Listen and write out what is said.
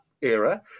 era